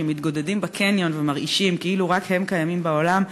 שמתגודדים בקניון ומרעישים כאילו רק הם קיימים בעולם,